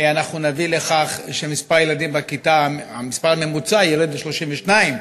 אנחנו נביא לכך שהמספר הממוצע של ילדים בכיתה ירד ל-32.